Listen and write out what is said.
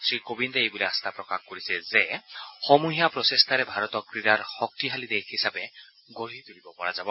শ্ৰী কোবিন্দে এই বুলি আস্থা প্ৰকাশ কৰিছে যে সমূহীয়া প্ৰচেষ্টাৰে ভাৰতক ক্ৰীড়াৰ শক্তিশালী দেশ হিচাপে গঢ়ি তুলিব পৰা যায়